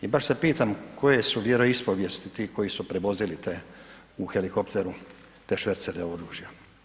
I baš se pitam koje su vjeroispovijesti ti koji su prevozili te u helikopteru te švercere oružja.